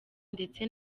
ndetse